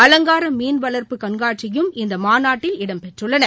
அலங்கார மீன்வளர்ப்பு கண்காட்சியும் இந்த மாநாட்டில் இடம்பெற்றுள்ளது